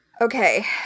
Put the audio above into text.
Okay